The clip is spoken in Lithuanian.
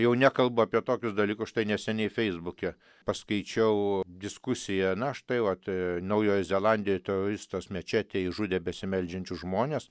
jau nekalbu apie tokius dalykus štai neseniai feisbuke paskaičiau diskusiją na štai vat naujoj zelandijoj teroristas mečetėj išžudė besimeldžiančius žmones